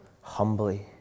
humbly